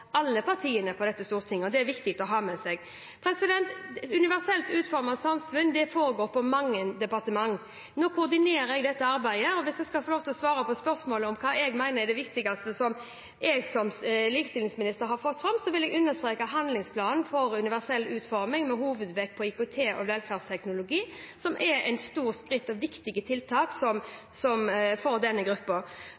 alle partiene på dette storting. Det er det viktig å ha med seg. Universell utforming av samfunnet foregår i mange departement. Jeg koordinerer det arbeidet nå, og hvis jeg får lov til å svare på spørsmålet om hva jeg mener er det viktigste som jeg som likestillingsminister har fått fram, vil jeg understreke handlingsplanen for universell utforming, med hovedvekt på IKT og velferdsteknologi, som er et stort skritt og har viktige tiltak